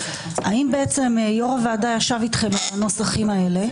האם בעצם יו"ר הוועדה ישב איתכם על הנוסחים האלה?